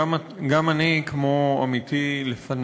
תודה לך, גם אני, כמו עמיתי לפני,